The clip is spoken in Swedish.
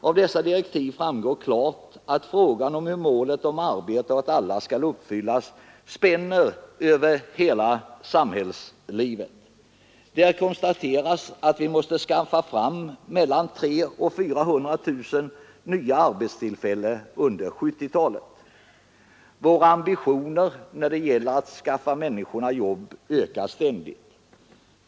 Av dessa direktiv framgår klart att frågan om hur målsättningen arbete åt alla skall uppfyllas spänner över hela samhällslivet. Där konstateras att vi måste skaffa fram mellan 300 000 och 400000 nya arbetstillfällen under 1970-talet. Våra ambitioner när det gäller att skaffa människorna jobb ökar ständigt.